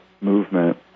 movement